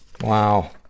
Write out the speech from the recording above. Wow